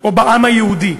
או בעם היהודי.